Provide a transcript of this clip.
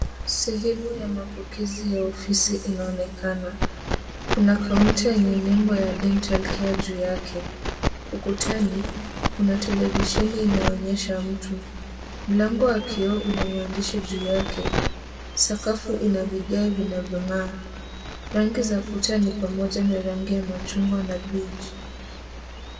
Sehemu ya mapokezi ya ofisi inaonekana, kuna counter yenye nembo ya dental care juu yake, ukutani kuna televisheni inayoonyesha mtu, mlango wa kio una maandishi juu yake, sakafu ina vigae vinavyong'aa, rangi za kuta ni pamoja na rangi ya machungwa na beige .